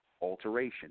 Alteration